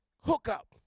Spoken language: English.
hookup